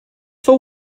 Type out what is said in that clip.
for